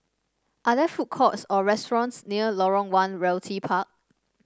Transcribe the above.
are there food courts or restaurants near Lorong One Realty Park